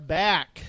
back